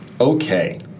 Okay